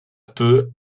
peu